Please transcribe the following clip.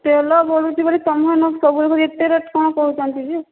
ତେଲ ବଢ଼ୁଛି ବୋଲି ତୁମେ ଏତେ ରେଟ କଣ କହୁଛନ୍ତି ଯେ